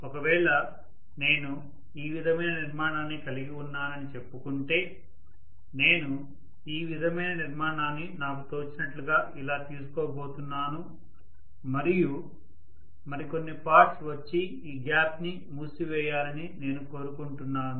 ఒకవేళ నేను ఈ విధమైన నిర్మాణాన్ని కలిగి ఉన్నానని చెప్పుకుంటే నేను ఈ విధమైన నిర్మాణాన్ని నాకు తోచినట్లుగా ఇలా తీసుకోబోతున్నాను మరియు మరికొన్ని పార్ట్స్ వచ్చి ఈ గ్యాప్ ని మూసివేయాలని నేను కోరుకుంటున్నాను